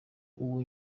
ubu